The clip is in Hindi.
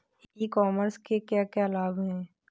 ई कॉमर्स के क्या क्या लाभ हैं?